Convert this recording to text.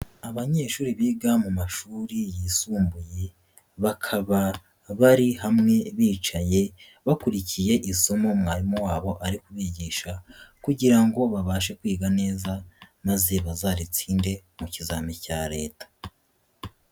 Abanyeshuri biga mu mashuri yisumbuye bakaba bari hamwe bicaye bakurikiye isomo mwarimu wabo ari kubigisha kugira ngo babashe kwiga neza maze bazaritsinde mu kizamini cya leta.